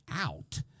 out